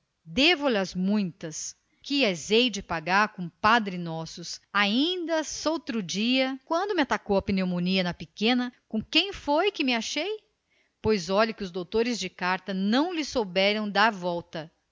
compungida devo lhas muitas que lhas hei de pagar com padre nossos inda stroudia quando me atacou a pneumonia na pequena com quem foi que me achei pois olhe que os doutores de carta não lhe souberam dar voltas